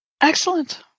Excellent